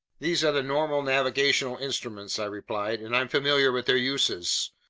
these are the normal navigational instruments, i replied, and i'm familiar with their uses.